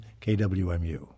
KWMU